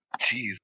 Jeez